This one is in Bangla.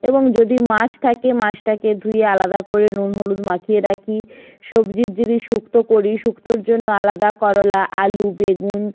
এবং যদি মাছ থাকে মাছটাকে ধুয়ে আলাদা করে নুন হলুদ মাখিয়ে রাখি সবজির যেদিন শুক্তো করি শুক্তোর জন্য আলাদা করলা আলু বেগুন